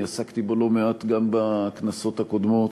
אני עסקתי בו לא מעט גם בכנסות הקודמות.